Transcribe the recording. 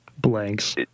blanks